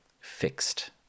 fixed